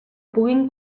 puguin